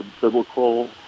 biblical